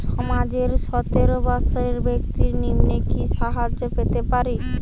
সমাজের সতেরো বৎসরের ব্যাক্তির নিম্নে কি সাহায্য পেতে পারে?